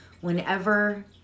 whenever